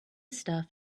stuff